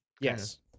Yes